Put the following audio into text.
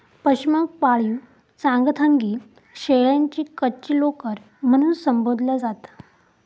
पशमाक पाळीव चांगथंगी शेळ्यांची कच्ची लोकर म्हणून संबोधला जाता